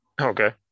Okay